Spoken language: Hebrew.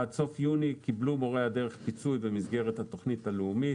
עד סוף יוני קיבלו מורי הדרך פיצוי במסגרת התוכנית הלאומית.